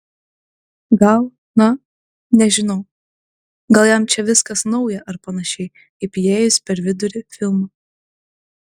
gal na nežinau gal jam čia viskas nauja ar panašiai kaip įėjus per vidurį filmo